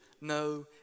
no